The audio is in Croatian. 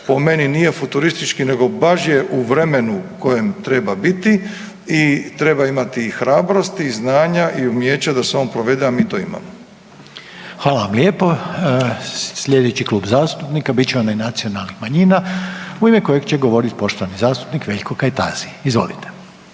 po meni nije futuristički nego baš je u vremenu u kojem treba biti i treba imati i hrabrosti i znanja i umijeća da se on provede, a mi to imamo. **Reiner, Željko (HDZ)** Hvala vam lijepo. Slijedeći Klub zastupnika bit će onaj nacionalnih manjina u ime kojeg će govorit poštovani zastupnik Veljko Kajtazi, izvolite.